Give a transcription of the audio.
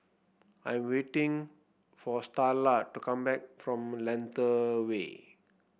I am waiting for Starla to come back from Lentor Way